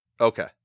Okay